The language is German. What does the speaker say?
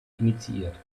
initiiert